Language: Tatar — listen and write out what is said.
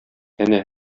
әнә